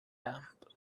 damp